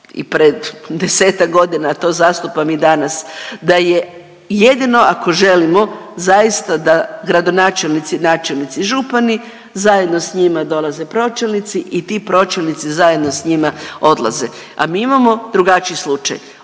i pred desetak godina, a to zastupam i danas, da je jedino ako želimo zaista da gradonačelnici, načelnici i župani zajedno s njima dolaze pročelnici i ti pročelnici zajedno s njima odlaze. A mi imamo drugačiji slučaj.